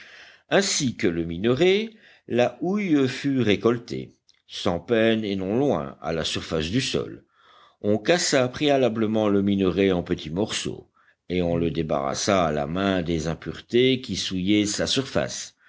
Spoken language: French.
ainsi que le minerai la houille fut récoltée sans peine et non loin à la surface du sol on cassa préalablement le minerai en petits morceaux et on le débarrassa à la main des impuretés qui souillaient sa surface